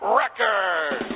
record